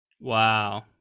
Wow